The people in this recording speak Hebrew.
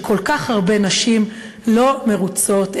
שכל כך הרבה נשים לא מרוצות,